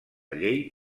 llei